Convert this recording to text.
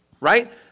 Right